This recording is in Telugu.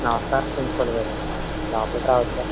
నమస్కారం ప్రిన్సిపాల్ గారు లోపలికి రావచ్చా